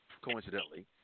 coincidentally